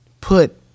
put